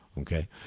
Okay